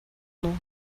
nous